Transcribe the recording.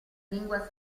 lingua